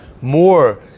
more